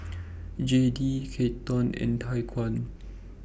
Jayde Keaton and Tyquan